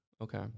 Okay